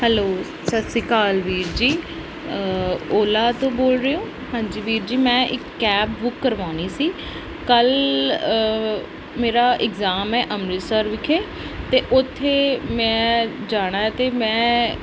hello ਸਤਿ ਸ਼੍ਰੀ ਅਕਾਲ ਵੀਰ ਜੀ ਓਲਾ ਤੋਂ ਬੋਲ ਰਹੇ ਹੋ ਹਾਂਜੀ ਵੀਰ ਜੀ ਮੈਂ ਇੱਕ ਕੈਬ ਬੁੱਕ ਕਰਵਾਉਣੀ ਸੀ ਕੱਲ੍ਹ ਮੇਰਾ ਐਗਜ਼ਾਮ ਹੈ ਅੰਮ੍ਰਿਤਸਰ ਵਿਖੇ ਅਤੇ ਉੱਥੇ ਮੈਂ ਜਾਣਾ ਹੈ ਅਤੇ ਮੈਂ